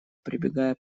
прибегая